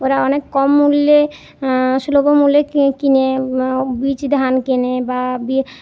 ওরা অনেক কম মূল্যে সুলভ মূল্যে কিনে বীজ ধান কেনে বা